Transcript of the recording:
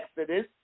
Exodus